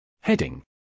Heading